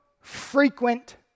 frequent